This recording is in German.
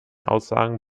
aussagen